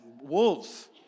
wolves